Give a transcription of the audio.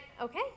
Okay